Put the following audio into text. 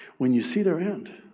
when you see their end,